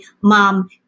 mom